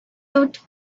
out